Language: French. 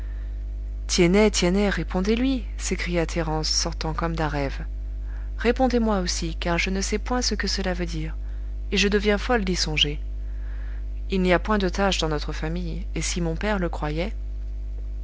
tiennet tiennet répondez lui s'écria thérence sortant comme d'un rêve répondez-moi aussi car je ne sais point ce que cela veut dire et je deviens folle d'y songer il n'y a point de tache dans notre famille et si mon père le croyait